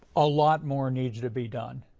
a lot more needs to be done.